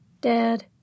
Dad